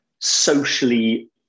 socially